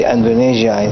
Indonesia